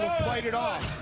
slide it off.